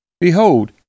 Behold